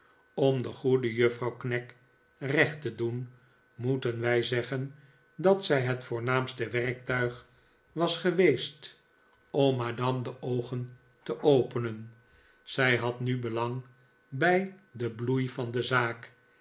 om de goede juffrouw knag recht te doen moeten wij zeggen dat zij het voornaamste werktuig was geweest om madame de oogen te openen zij had nu belang bij den bloei van de zaak